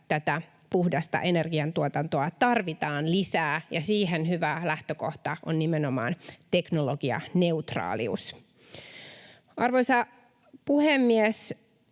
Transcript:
tätä puhdasta energiantuotantoa tarvitaan lisää, ja siihen hyvä lähtökohta on nimenomaan teknologianeutraalius. Arvoisa puhemies!